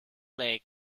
lake